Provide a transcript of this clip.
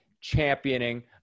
championing